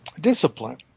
discipline